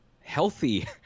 healthy